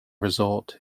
resort